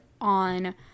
on